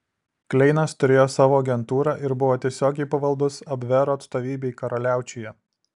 kleinas turėjo savo agentūrą ir buvo tiesiogiai pavaldus abvero atstovybei karaliaučiuje